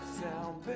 sound